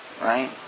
right